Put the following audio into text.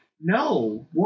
no